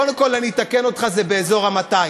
קודם כול, אני אתקן אותך, זה באזור ה-200,000.